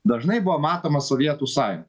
dažnai buvo matoma sovietų sąjun